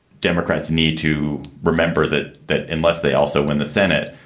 democrats need to remember that, that unless they also win the senate,